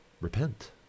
repent